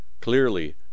Clearly